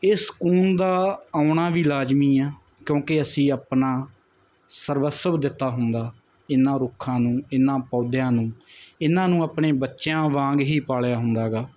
ਇਹ ਸਕੂਨ ਦਾ ਆਉਣਾ ਵੀ ਲਾਜ਼ਮੀ ਆ ਕਿਉਂਕਿ ਅਸੀਂ ਆਪਣਾ ਸਰਵਿਸ ਦਿੱਤਾ ਹੁੰਦਾ ਇਨ੍ਹਾਂ ਰੁੱਖਾਂ ਨੂੰ ਇਨ੍ਹਾਂ ਪੌਦਿਆਂ ਨੂੰ ਇਹਨਾਂ ਨੂੰ ਆਪਣੇ ਬੱਚਿਆਂ ਵਾਂਗ ਹੀ ਪਾਲਿਆ ਹੁੰਦਾ ਹੈ